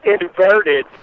inverted